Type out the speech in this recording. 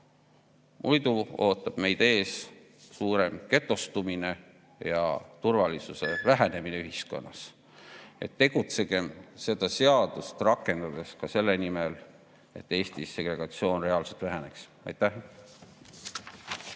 Muidu ootab meid ees suurem getostumine ja turvalisuse vähenemine ühiskonnas. Tegutsegem seda seadust rakendades ka selle nimel, et Eestis segregatsioon reaalselt väheneks. Aitäh!